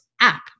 app